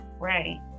Right